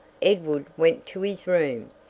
edward went to his room,